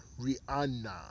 Rihanna